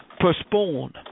postpone